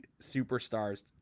superstars